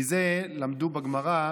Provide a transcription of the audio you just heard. מזה למדו בגמרא: